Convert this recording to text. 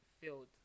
field